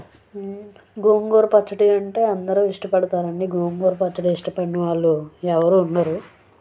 గోంగూర పచ్చడి అంటే అందరూ ఇష్టపడతారు అండి గోంగూర పచ్చడి ఇష్టపడని వాళ్ళు ఎవరు ఉండరు